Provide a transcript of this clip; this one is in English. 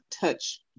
touch